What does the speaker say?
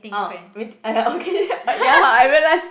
uh !aiya! okay ya I realize